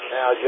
Now